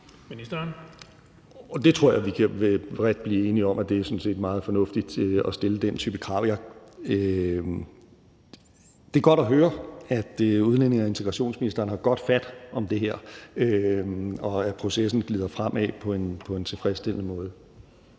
Det tror jeg vi bredt kan blive enige om, altså at det sådan set er meget fornuftigt at stille den type krav. Det er godt at høre, at udlændinge- og integrationsministeren har godt fat om det her, og at processen glider fremad på en tilfredsstillende måde.